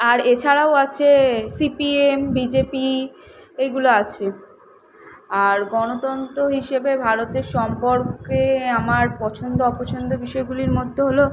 আর এছাড়াও আছে CPM BJP এগুলো আছে আর গণতন্ত্র হিসাবে ভারতের সম্পর্কে আমার পছন্দ অপছন্দের বিষয়গুলির মধ্যে হল